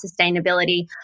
sustainability